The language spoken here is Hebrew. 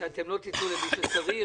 שאתם לא תיתנו למי שצריך,